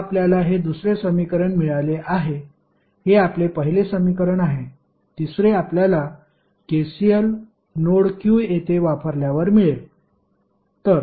आता आपल्याला हे दुसरे समीकरण मिळाले आहे हे आपले पहिले समीकरण आहे तिसरे आपल्याला KCL नोड Q येथे वापरल्यावर मिळेल